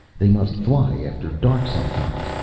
they must fly after dark sometimes.